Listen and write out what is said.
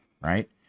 right